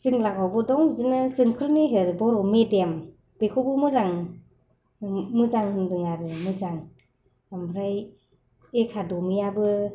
जों लागोआवबो दं बिदिनो जोंखोल मेहेर बर' मिडियाम बेखौबो मोजां मोजां होन्दों आरो मोजां ओमफ्राय एकाडेमीआबो